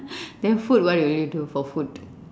then food what will you do for food